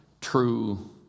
true